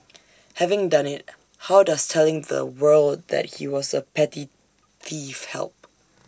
having done IT how does telling the world that he was A petty thief help